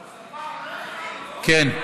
כן.